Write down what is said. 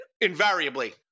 invariably